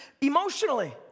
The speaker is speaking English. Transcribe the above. emotionally